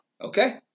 Okay